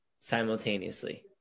simultaneously